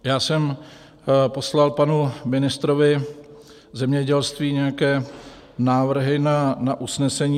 Já jsem poslal panu ministrovi zemědělství nějaké návrhy na usnesení.